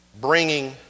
bringing